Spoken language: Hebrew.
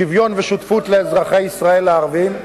שוויון ושותפות לאזרחי ישראל הערבים,